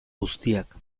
guztiak